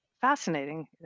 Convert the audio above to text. fascinating